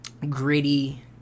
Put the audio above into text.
gritty